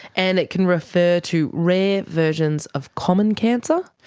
and it can refer to rare versions of common cancer?